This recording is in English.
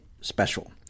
special